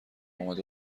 اومد